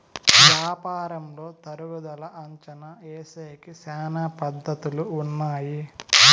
యాపారంలో తరుగుదల అంచనా ఏసేకి శ్యానా పద్ధతులు ఉన్నాయి